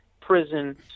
prison